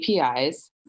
APIs